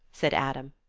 said adam.